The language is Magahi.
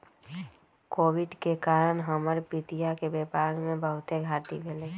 कोविड के कारण हमर पितिया के व्यापार में बहुते घाट्टी भेलइ